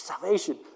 salvation